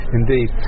indeed